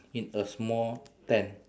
in a small tent